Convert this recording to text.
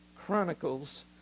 Chronicles